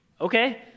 okay